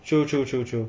true true true true